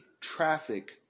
traffic